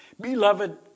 Beloved